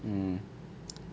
mm